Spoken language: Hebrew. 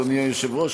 אדוני היושב-ראש,